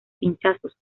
pinchazos